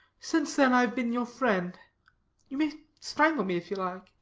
since then i have been your friend you may strangle me if you like.